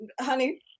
honey